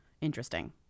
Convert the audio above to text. interesting